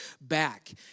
back